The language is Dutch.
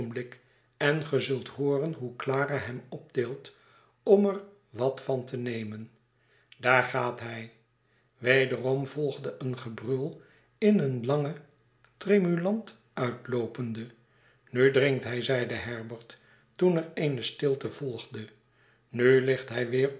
en ge zult hooren hoe clara hem optilt om er wat van te nemen daar gaat hij wederom volgde een gebrul in een langen tremulant uitloopende nu drinkt hij zeide herbert toen er eene stilts volgde nu ligt hij weer